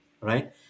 right